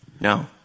No